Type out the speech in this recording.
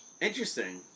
Interesting